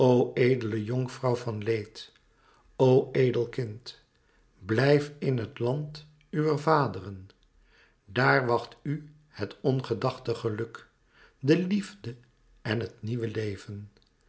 edele jonkvrouw van leed o edel kind blijf in het land uwer vaderen daàr wacht u het ongedachte geluk de liefde en het nieuwe leven